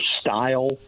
style